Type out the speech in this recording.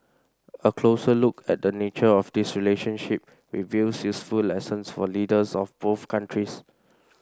a closer look at the nature of this relationship reveals useful lessons for leaders of both countries